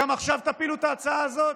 גם עכשיו תפילו את ההצעה הזאת?